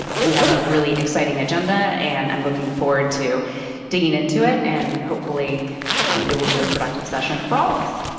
we have a really exciting agenda, and i'm looking forward to digging into it, and hopefully it will be a productive session for all of us.